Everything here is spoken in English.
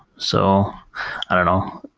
so i don't know.